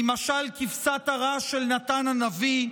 ממשל כבשת הרש של נתן הנביא,